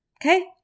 okay